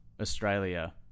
Australia